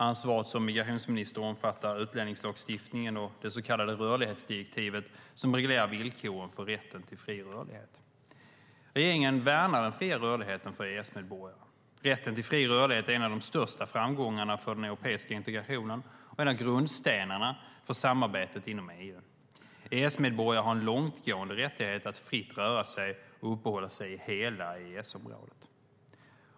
Ansvaret som migrationsminister omfattar utlänningslagstiftningen och det så kallade rörlighetsdirektivet som reglerar villkoren för rätten till fri rörlighet. Regeringen värnar den fria rörligheten för EES-medborgare. Rätten till fri rörlighet är en av de största framgångarna för den europeiska integrationen och en av grundstenarna för samarbetet inom EU. EES-medborgare har en långtgående rättighet att fritt röra sig och uppehålla sig i hela EES-området.